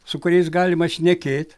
su kuriais galima šnekėt